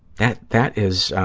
that that is,